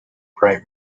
bright